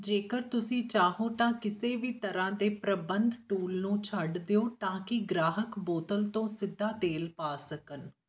ਜੇਕਰ ਤੁਸੀਂ ਚਾਹੋ ਤਾਂ ਕਿਸੇ ਵੀ ਤਰ੍ਹਾਂ ਦੇ ਪ੍ਰਬੰਧ ਟੂਲ ਨੂੰ ਛੱਡ ਦਿਓ ਤਾਂ ਕੀ ਗ੍ਰਾਹਕ ਬੋਤਲ ਤੋਂ ਸਿੱਧਾ ਤੇਲ ਪਾ ਸਕਣ